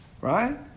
Right